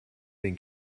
den